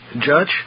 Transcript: judge